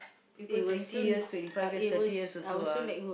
people twenty years twenty five years thirty years also ah